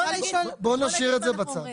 בואו נשאיר את זה בצד.